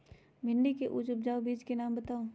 भिंडी के उच्च उपजाऊ बीज के नाम बताऊ?